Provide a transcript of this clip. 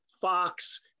Fox